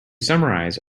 summarize